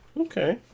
Okay